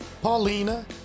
Paulina